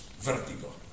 Vertigo